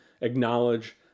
acknowledge